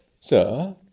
Sir